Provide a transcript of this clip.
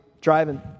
driving